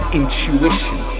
intuition